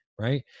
right